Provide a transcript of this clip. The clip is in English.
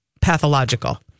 pathological